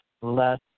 less